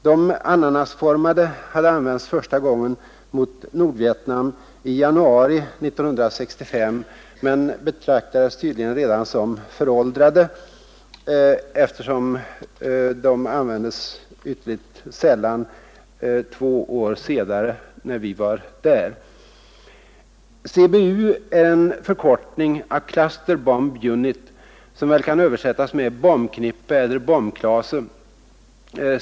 De ananasformade bomberna hade använts första gången mot Nordvietnam i januari 1965 men betraktades tydligen redan som föråldrade, eftersom de användes ytterligt sällan två år senare, när vi var där. CBU är en förkortning av ”eluster bomb unit”, som väl kan översättas med bombknippe eller bombklase.